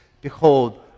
Behold